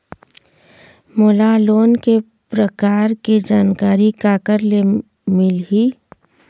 मोला लोन के प्रकार के जानकारी काकर ले मिल ही?